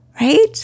right